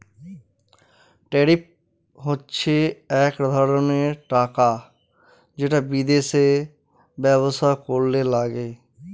tariff হচ্ছে এক ধরনের টাকা যেটা বিদেশে ব্যবসা করলে লাগে